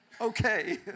okay